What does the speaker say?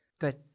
Good